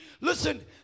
Listen